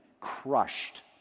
crushed